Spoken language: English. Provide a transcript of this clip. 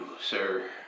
Sir